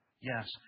yes